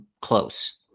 close